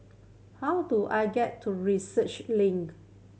how do I get to Research Link